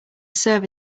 serve